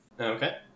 Okay